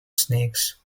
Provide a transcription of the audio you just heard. snakes